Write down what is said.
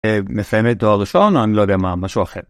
מסיימת תואר ראשון אני לא יודע מה, משהו אחר.